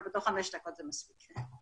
אבל בחמש דקות זה מספיק.